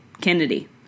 kennedy